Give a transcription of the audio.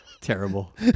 Terrible